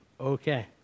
Okay